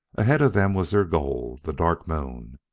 ahead of them was their goal, the dark moon!